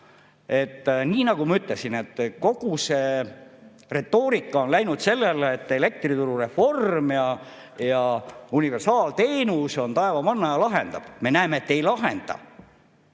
Nii nagu ma ütlesin, kogu see retoorika on läinud sellele, et elektrituru reform ja universaalteenus on taevamanna ja lahendab. Me näeme, et ei lahenda.